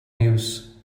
news